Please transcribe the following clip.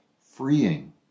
freeing